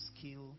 skill